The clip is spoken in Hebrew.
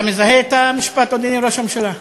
אתה מזהה את המשפט, אדוני ראש הממשלה?